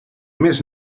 més